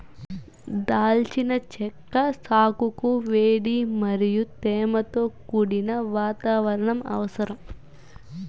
దాల్చిన చెక్క సాగుకు వేడి మరియు తేమతో కూడిన వాతావరణం అవసరం